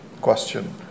question